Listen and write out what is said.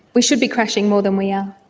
we should be crashing more than we are.